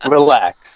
Relax